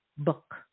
book